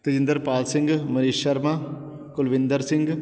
Tajinder Pal Singh Marish Sharma Kulwinder Singh